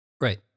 Right